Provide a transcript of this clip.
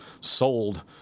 sold